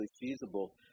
feasible